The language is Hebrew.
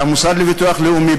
שהמוסד לביטוח לאומי,